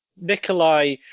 Nikolai